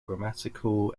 grammatical